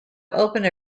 opened